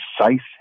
precise